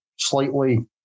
Slightly